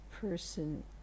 person